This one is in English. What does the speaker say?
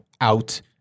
out